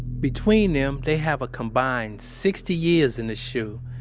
between them, they have a combined sixty years in the shu.